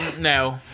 no